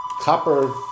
Copper